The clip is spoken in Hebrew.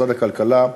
משרד הכלכלה,